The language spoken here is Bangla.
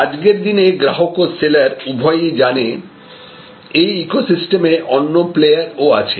আজকের দিনে গ্রাহক ও সেলার উভয়ই জানে এই ইকোসিস্টেমে অন্য প্লেয়ার ও আছে